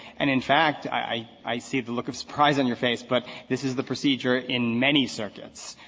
and, in fact, i i see the look of surprise on your face, but this is the procedure in many circuits.